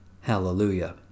Hallelujah